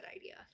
idea